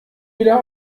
wieder